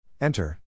Enter